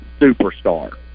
superstar